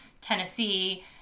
Tennessee